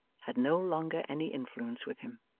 had no longer any influence with him.